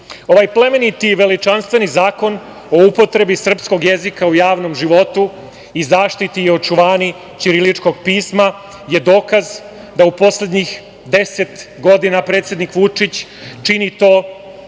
plemeniti i veličanstveni zakon o upotrebi srpskog jezika u javnom životu i zaštiti i očuvanju ćiriličkog pisma je dokaz da u poslednjih 10 godina predsednik Vučić čini to